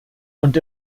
und